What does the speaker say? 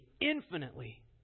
infinitely